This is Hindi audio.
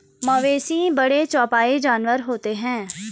मवेशी बड़े चौपाई जानवर होते हैं